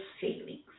feelings